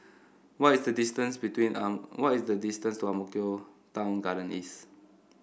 what is the distance between on what is the distance to Ang Mo Kio Town Garden East